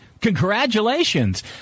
Congratulations